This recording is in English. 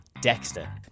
Dexter